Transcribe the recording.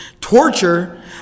torture